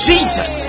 Jesus